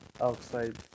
outside